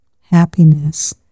happiness